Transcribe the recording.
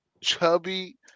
Chubby